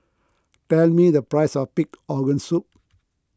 tell me the price of Pig Organ Soup